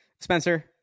Spencer